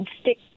stick